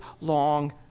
long